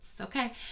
okay